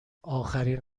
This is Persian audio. آخرین